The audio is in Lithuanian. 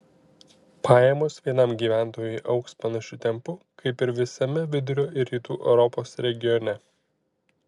pajamos vienam gyventojui augs panašiu tempu kaip ir visame vidurio ir rytų europos regione